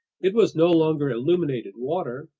it was no longer illuminated water,